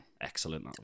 Excellent